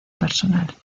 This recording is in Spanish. personal